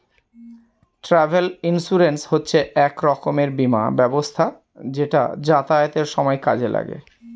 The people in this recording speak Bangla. ট্রাভেল ইন্সুরেন্স হচ্ছে এক রকমের বীমা ব্যবস্থা যেটা যাতায়াতের সময় কাজে লাগে